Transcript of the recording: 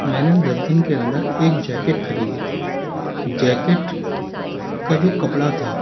मैंने दस दिन के अंदर एक जैकेट खरीदी थी जैकेट का जो कपड़ा था